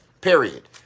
Period